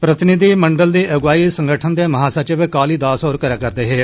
प्रतिनिधिमंडल दी अगुवाई संगठन दे महा सचिव काली दास होर करा करदे हे